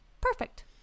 Perfect